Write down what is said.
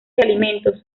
alimentos